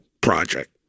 project